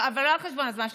אבל לא על חשבון הזמן שלי,